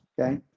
Okay